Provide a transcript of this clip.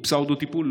הוא פסאודו-טיפול,